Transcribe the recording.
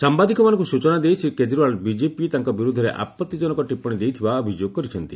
ସାମ୍ଭାଦିକମାନଙ୍କୁ ସୂଚନା ଦେଇ ଶ୍ରୀ କେଜରିଓ୍ପାଲ ବିଜେପି ତାଙ୍କ ବିରୁଦ୍ଧରେ ଆପଭିଜନକ ଟିସ୍ପଣୀ ଦେଇଥିବା ଅଭିଯୋଗ କରିଛନ୍ତି